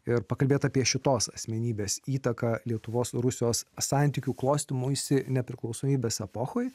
ir pakalbėti apie šitos asmenybės įtaką lietuvos rusijos santykių klostymuisi nepriklausomybės epochoje